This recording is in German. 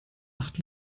acht